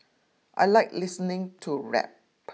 I like listening to rap